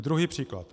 Druhý příklad.